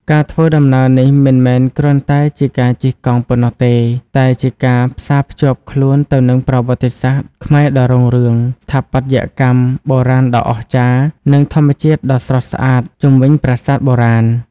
ការធ្វើដំណើរនេះមិនមែនគ្រាន់តែជាការជិះកង់ប៉ុណ្ណោះទេ តែជាការផ្សារភ្ជាប់ខ្លួនទៅនឹងប្រវត្តិសាស្ត្រខ្មែរដ៏រុងរឿង ស្ថាបត្យកម្មបុរាណដ៏អស្ចារ្យ និងធម្មជាតិដ៏ស្រស់ស្អាតជុំវិញប្រាសាទបុរាណ។